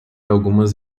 algumas